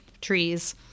trees